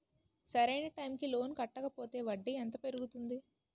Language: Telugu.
సరి అయినా టైం కి లోన్ కట్టకపోతే వడ్డీ ఎంత పెరుగుతుంది?